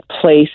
place